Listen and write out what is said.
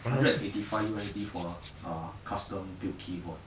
hundred and eighty five U_S_D for ah custom build keyboard